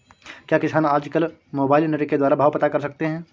क्या किसान आज कल मोबाइल नेट के द्वारा भाव पता कर सकते हैं?